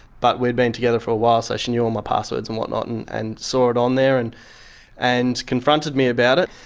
but we'd been together for a while so she knew all my passwords and whatnot and and saw it on there and and confronted me about it.